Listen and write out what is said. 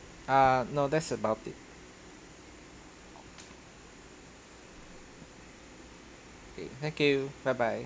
err no that's about it okay thank you bye bye